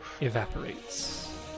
evaporates